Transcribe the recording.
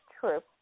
true